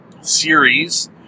series